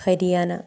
Haryana